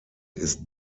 ist